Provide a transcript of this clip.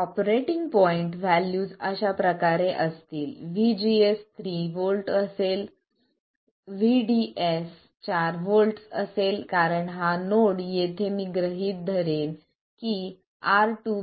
operating point values अशाप्रकारे असतील VGS 3 volt असेल VDS 4 व्होल्ट्स असेल कारण हा नोड येथे मी गृहित धरेल की R2